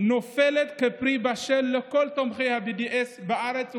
נופלת כפרי בשל בידי כל תומכי ה-BDS בארץ ובעולם.